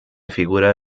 figura